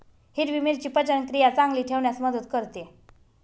हिरवी मिरची पचनक्रिया चांगली ठेवण्यास मदत करते